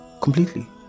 completely